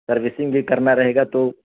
servicing بھی کرنا رہے گا تو